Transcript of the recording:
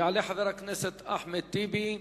יעלה חבר הכנסת אחמד טיבי.